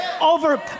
over